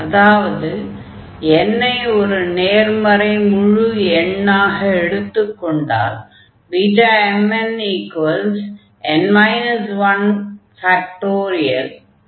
அதாவது n ஐ ஒரு நேர்மறை முழு எண்ணாக எடுத்துக் கொண்டதால் Bmnn 1